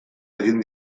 egin